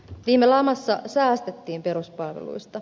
viime lamassa säästettiin peruspalveluista